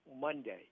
Monday